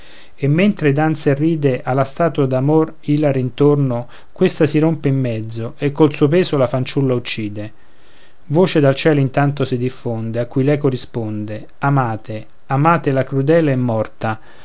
e mentre danza e ride alla statua d'amor ilare intorno questa si rompe in mezzo e col suo peso la fanciulla uccide voce dal cielo intanto si diffonde a cui l'eco risponde amate amate la crudele è morta